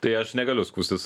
tai aš negaliu skųstis